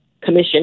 commission